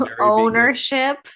Ownership